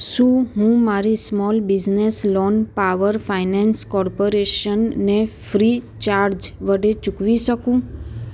શું હું મારી small business loan power finance કોર્પોરેશનને ફ્રી ચાર્જ વડે ચૂકવી શકું